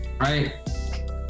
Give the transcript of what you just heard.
right